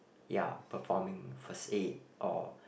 ya performing first aid or